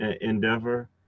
endeavor